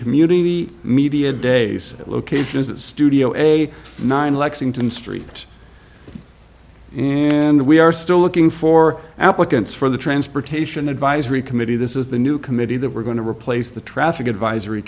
community media days at locations at studio a nine lexington street and we are still looking for applicants for the transportation advisory committee this is the new committee that we're going to replace the traffic advisory